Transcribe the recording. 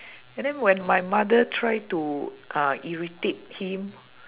and then when my mother try to uh irritate him